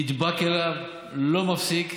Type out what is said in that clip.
נדבק אליו, לא מפסיק.